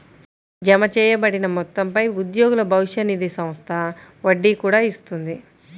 జమచేయబడిన మొత్తంపై ఉద్యోగుల భవిష్య నిధి సంస్థ వడ్డీ కూడా ఇస్తుంది